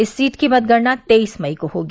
इस सीट की मतगणना तेईस मई को होगी